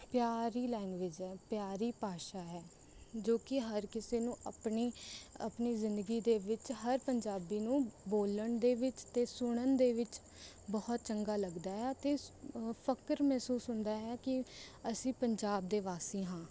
ਪਿਆਰੀ ਲੈਂਗੁਏਜ ਹੈ ਪਿਆਰੀ ਭਾਸ਼ਾ ਹੈ ਜੋ ਕਿ ਹਰ ਕਿਸੇ ਨੂੰ ਆਪਣੀ ਆਪਣੀ ਜ਼ਿੰਦਗੀ ਦੇ ਵਿੱਚ ਹਰ ਪੰਜਾਬੀ ਨੂੰ ਬੋਲਣ ਦੇ ਵਿੱਚ ਅਤੇ ਸੁਣਨ ਦੇ ਵਿੱਚ ਬਹੁਤ ਚੰਗਾ ਲੱਗਦਾ ਹੈ ਅਤੇ ਫ਼ਕਰ ਮਹਿਸੂਸ ਹੁੰਦਾ ਹੈ ਕਿ ਅਸੀਂ ਪੰਜਾਬ ਦੇ ਵਾਸੀ ਹਾਂ